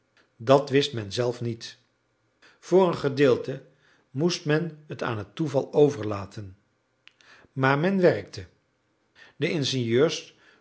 dat wist men zelf niet voor een gedeelte moest men t aan het toeval overlaten maar men werkte de ingenieurs